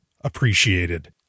appreciated